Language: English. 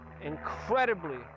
incredibly